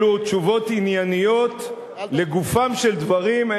אלו תשובות ענייניות לגופם של דברים.